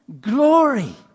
glory